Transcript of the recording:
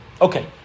Okay